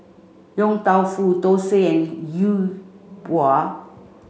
Yong Tau Foo Thosai and Bua